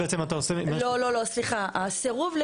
סירוב שהוא